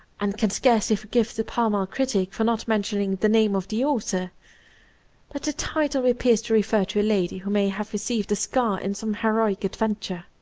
and can scarcely forgive the pall mall critic for not mentioning the name of the author but the title appears to refer to a lady who may have received a scar in some heroic adventure.